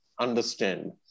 understand